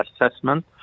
assessment